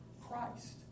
Christ